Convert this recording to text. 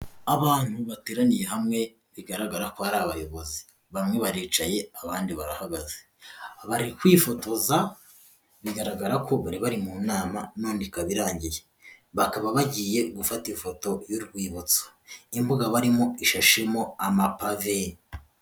Abantu bateraniye hamwe bigaragara ko hari abayobozi. Bamwe baricaye abandi barahagaze. Bari kwifotoza bigaragara ko bari bari mu nama none ikaba irangiye. Bakaba bagiye gufata ifoto y'urwibutso. Imbuga barimo ishashemo amapave.